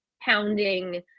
pounding